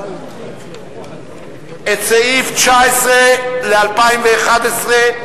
תודה רבה.